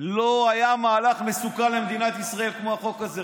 לא היה מהלך מסוכן למדינת ישראל כמו החוק הזה,